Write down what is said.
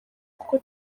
kuko